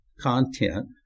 content